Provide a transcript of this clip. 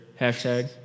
hashtag